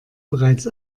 bereits